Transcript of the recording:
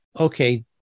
okay